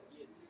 Yes